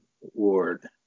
ward